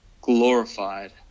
glorified